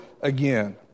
again